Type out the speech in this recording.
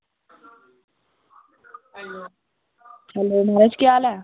केह् हाल ऐ